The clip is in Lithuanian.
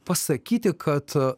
pasakyti kad